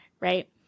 right